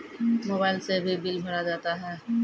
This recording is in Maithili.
मोबाइल से भी बिल भरा जाता हैं?